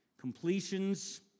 Completions